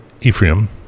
Ephraim